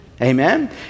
Amen